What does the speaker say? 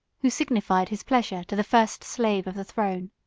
who signified his pleasure to the first slave of the throne.